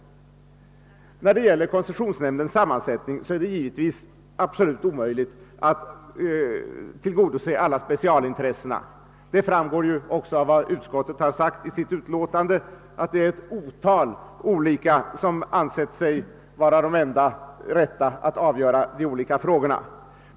När det gäller koncessionsnämndens sammansättning är det givetvis absolut omöjligt att tillgodose alla specialintressen. Av vad utskottet sagt i sitt ut låtande framgår också att det är företrädare för ett otal olika ämnesområden som ansett sig vara de enda lämpliga att avgöra vissa frågor.